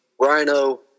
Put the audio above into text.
Rhino